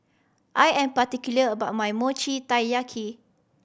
I am particular about my Mochi Taiyaki